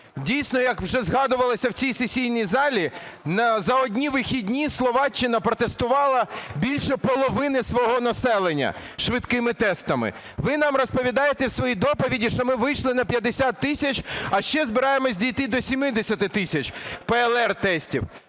дійсно, як вже згадувалося в цій сесійній залі, за одні вихідні Словаччина протестувала більше половини свого населення швидкими тестами. Ви нам розповідаєте в своїй доповіді, що ми вийшли на 50 тисяч, а ще збираємося дійти до 70 тисяч ПЛР-тестів.